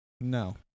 No